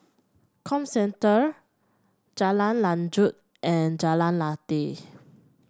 Comcentre Jalan Lanjut and Jalan Lateh